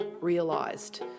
realised